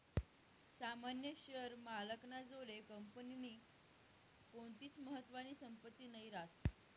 सामान्य शेअर मालक ना जोडे कंपनीनी कोणतीच महत्वानी संपत्ती नही रास